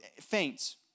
faints